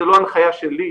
זו לא הנחייה שלי,